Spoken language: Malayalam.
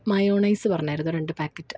മയോണൈസ്സ് പറഞ്ഞിരുന്നു രണ്ട് പാക്കറ്റ്